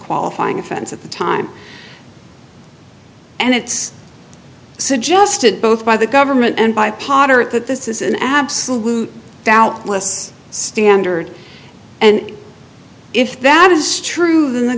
qualifying offense at the time and it's suggested both by the government and by potter it that this is an absolute doubtless standard and if that is true then the